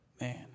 Man